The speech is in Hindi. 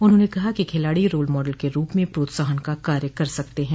उन्होंने कहा कि खिलाड़ी रोल मॉडल के रूप में प्रोत्साहन का कार्य कर सकते हैं